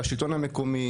לשלטון המקומי.